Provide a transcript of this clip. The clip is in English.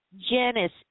Janice